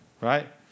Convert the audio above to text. Right